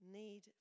need